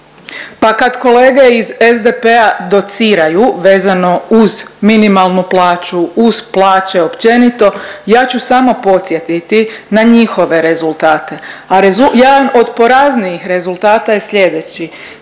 Pa kad kolege iz SDP-a dociraju vezano uz minimalnu plaću, uz plaće općenito ja ću samo podsjetiti na njihove rezultate, a rezul… jedan od poraznijih rezultata je slijedeći